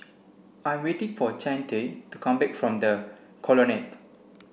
I'm waiting for Chante to come back from The Colonnade